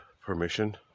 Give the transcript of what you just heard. permission